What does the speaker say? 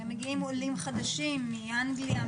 עולים חדשים מאנגליה,